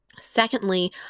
Secondly